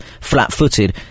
flat-footed